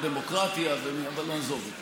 השר מוכיח בדיוק את הטענות של חברת הכנסת סויד.